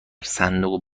صندوق